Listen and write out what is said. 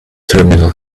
terminal